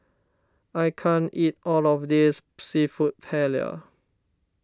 I can't eat all of this Seafood Paella